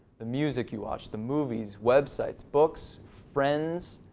the music you watch, the movies, websites, books, friends,